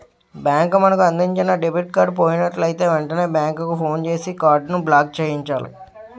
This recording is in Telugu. బ్యాంకు మనకు అందించిన డెబిట్ కార్డు పోయినట్లయితే వెంటనే బ్యాంకుకు ఫోన్ చేసి కార్డును బ్లాక్చేయించాలి